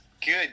good